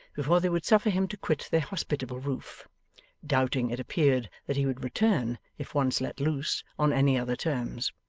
before they would suffer him to quit their hospitable roof doubting, it appeared, that he would return, if once let loose, on any other terms.